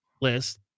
list